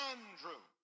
Andrew